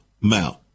Mount